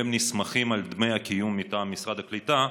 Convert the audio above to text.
והם נסמכים על דמי הקיום מטעם משרד הקליטה.